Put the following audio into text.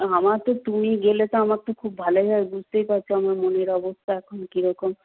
আমার তো তুমি গেলে তো আমার তো খুব ভালোই হয় বুঝতেই পারছ আমার মনের অবস্থা এখন কী রকম